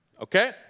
okay